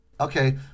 Okay